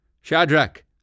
Shadrach